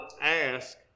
ask